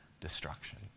destruction